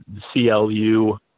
CLU